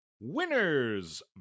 Winners